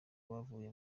bavuye